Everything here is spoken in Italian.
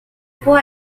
può